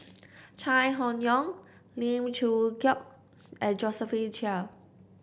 Chai Hon Yoong Lim Chong Keat and Josephine Chia